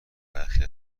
برخی